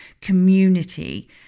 community